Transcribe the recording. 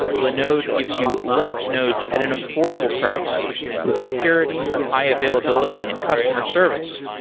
linode gives you linux nodes at an affordable price with security, high-availability and customer service.